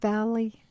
Valley